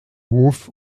hof